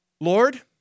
Lord